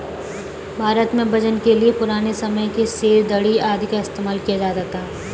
भारत में वजन के लिए पुराने समय के सेर, धडी़ आदि का इस्तेमाल किया जाता था